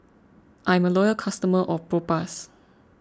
I'm a loyal customer of Propass